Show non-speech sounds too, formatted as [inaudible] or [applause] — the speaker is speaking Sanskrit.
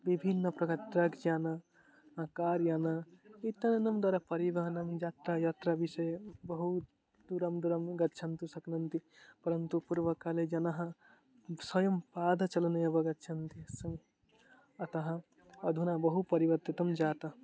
विभिन्नं [unintelligible] अ कार्यानानि [unintelligible] परिवाहनं यात्रा यात्रा विषये बहु दूरं दूरं गन्तुं शक्नुवन्ति परन्तु पूर्वकाले जनाः स्वयं पादचालनेन एव गच्छन्ति [unintelligible] अतः अधुना बहु परिवर्तनं जातम्